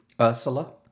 Ursula